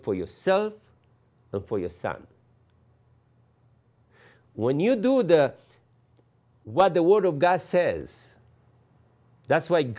for yourself or for your son when you do the what the word of god says that's